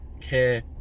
care